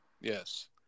Yes